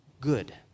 good